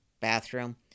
bathroom